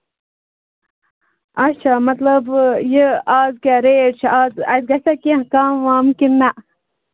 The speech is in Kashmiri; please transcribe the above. اَچھا مطلب یہِ از کیٛاہ ریٹ چھِ از اَسہِ گژھیٛا کیٚنٛہہ کَم وَم کِنہٕ نہَ